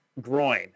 groin